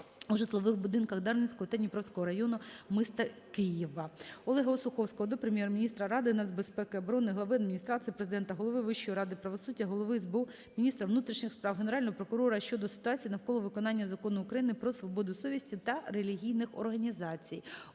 у житлових будинках Дарницького та Дніпровського районів міста Києва. Олега Осуховського до Прем'єр-міністра, Ради нацбезпеки і оборони, Глави Адміністрації Президента, Голови Вищої ради правосуддя, Голови СБУ, міністра внутрішніх справ, Генерального прокурора щодо ситуації навколо виконання Закону України "Про свободу совісті та релігійні організації".